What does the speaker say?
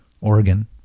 Oregon